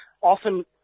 often